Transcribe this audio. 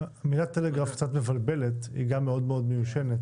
המילה טלגרף קצת מבלבלת, היא גם מאוד מאוד מיושנת